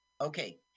Okay